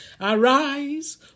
Arise